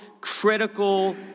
critical